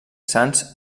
sanç